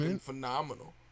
phenomenal